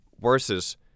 versus